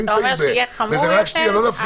אתה אומר שיהיה חמור יותר?